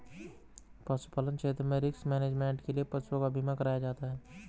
पशुपालन क्षेत्र में रिस्क मैनेजमेंट के लिए पशुओं का बीमा कराया जाता है